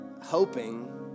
hoping